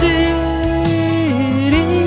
City